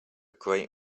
great